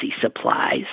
supplies